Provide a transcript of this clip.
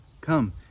come